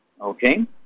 okay